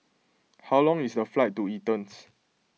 how long is the flight to Athens